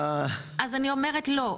אז אני אומרת לא,